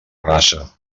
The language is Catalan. raça